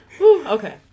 Okay